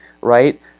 right